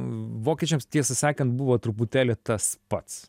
vokiečiams tiesą sakant buvo truputėlį tas pats